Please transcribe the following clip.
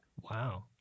Wow